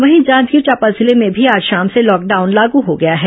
वहीं जांजगीर चांपा जिले में भी आज शाम से लॉकडाउन लागू हो गया है